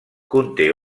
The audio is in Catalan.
conté